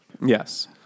Yes